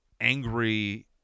angry